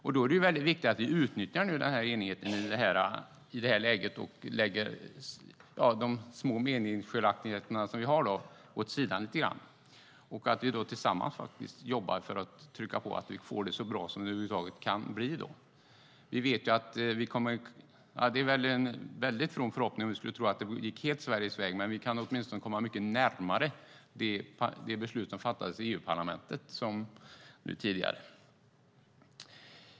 Då är det viktigt att vi i det här läget utnyttjar denna enighet och lägger de små meningsskiljaktigheter som vi har åt sidan lite grann och tillsammans jobbar för att trycka på så att vi får det så bra som det över huvud taget kan bli. Det är nog en väldigt from förhoppning att tro att det ska gå helt Sveriges väg, men vi kan åtminstone komma mycket närmare det beslut som fattades i EU-parlamentet tidigare.